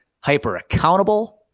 hyper-accountable